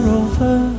over